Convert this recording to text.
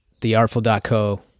theartful.co